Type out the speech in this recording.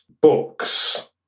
books